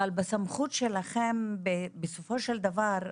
אבל בסמכות שלכם בסופו של דבר,